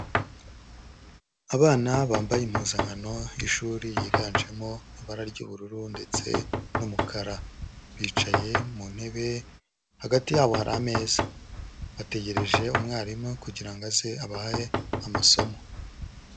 Abana bambaye impuzankano y'ishuri yiganjemo ibara ry'ubururu ndetse n'umukara, bicaye mu ntebe hagati yabo hari ameza, bategereje umwarimu kugira ngo aze abahe amasomo.